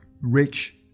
rich